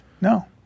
No